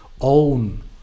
own